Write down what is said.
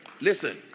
Listen